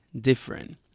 different